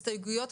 הסתייגויות,